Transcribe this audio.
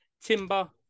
timber